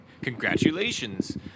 Congratulations